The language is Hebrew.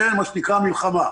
זה מה שנקרא המלחמה.